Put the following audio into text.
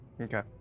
Okay